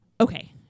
Okay